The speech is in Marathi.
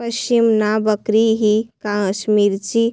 पश्मिना बकरी ही काश्मीरची